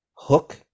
hook